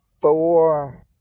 four